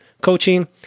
coaching